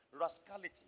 Rascality